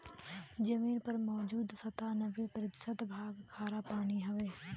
जमीन पर मौजूद सत्तानबे प्रतिशत भाग खारापानी हउवे